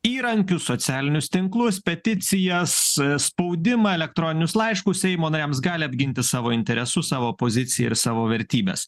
įrankius socialinius tinklus peticijas spaudimą elektroninius laiškus seimo nariams gali apginti savo interesus savo poziciją ir savo vertybes